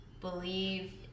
believe